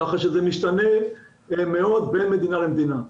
כך שזה משתנה מאוד בין מדינה למדינה.